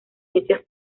ciencias